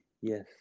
Yes